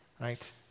right